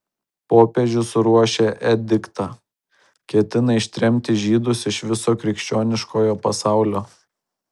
popiežius ruošia ediktą ketina ištremti žydus iš viso krikščioniškojo pasaulio